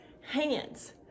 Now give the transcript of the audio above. hands